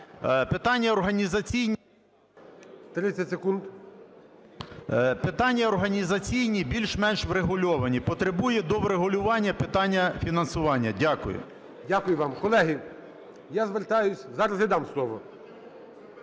Питання організаційні більш-менш врегульовані. Потребує доврегулювання питання фінансування. Дякую. ГОЛОВУЮЧИЙ. Дякую вам. Колеги, я звертаюся… Зараз я дам слово.